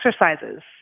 exercises